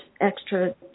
extra